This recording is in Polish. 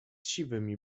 siwymi